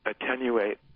attenuate